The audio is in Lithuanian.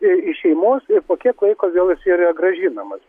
iš šeimos ir po kiek laiko vėl jis yra grąžinamas